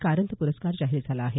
कारंथ प्रस्कार जाहीर झाला आहे